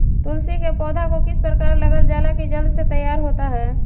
तुलसी के पौधा को किस प्रकार लगालजाला की जल्द से तैयार होता है?